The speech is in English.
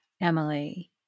Emily